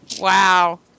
Wow